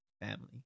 family